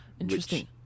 Interesting